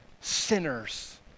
sinners